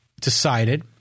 decided